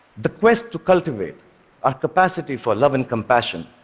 the quest to cultivate our capacity for love and compassion